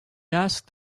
asked